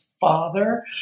father